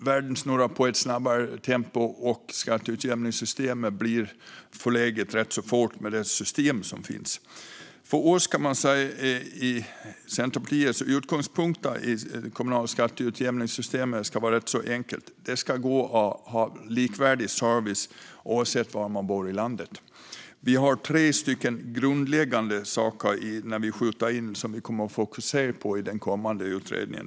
Världen snurrar i ett snabbare tempo, och det skatteutjämningssystem som finns blir förlegat rätt fort. Centerpartiet anser att utgångspunkten i det kommunala skatteutjämningssystemet ska vara rätt enkel: Det ska gå att ha likvärdig service oavsett var man bor i landet. Vi har tre grundläggande saker som vi kommer att fokusera på i den kommande utredningen.